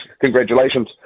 Congratulations